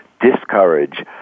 discourage